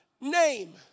name